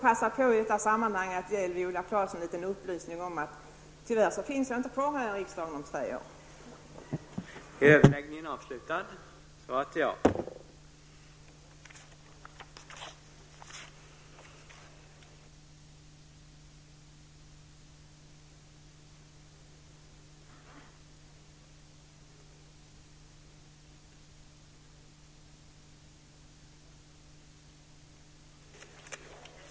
I detta sammanhang skall jag kanske passa på att ge Viola Claesson en liten upplysning om att jag tyvärr inte finns kvar här i riksdagen om tre år.